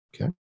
Okay